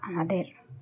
আমাদের